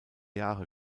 jahre